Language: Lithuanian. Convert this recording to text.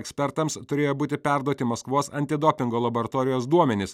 ekspertams turėjo būti perduoti maskvos antidopingo laboratorijos duomenys